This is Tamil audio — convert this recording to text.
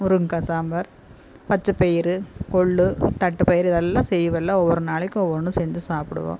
முருங்க்காய் சாம்பார் பச்சைப்பயிறு கொள்ளு தட்டைப்பயிறு இதெல்லாம் செய்வேன் எல்லாம் ஒவ்வொரு நாளைக்கும் ஒவ்வொன்றும் செஞ்சு சாப்புடுவோம்